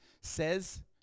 says